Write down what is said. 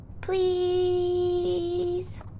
Please